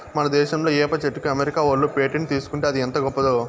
మన దేశంలా ఏప చెట్టుకి అమెరికా ఓళ్ళు పేటెంట్ తీసుకుంటే అది ఎంత గొప్పదో